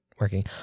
working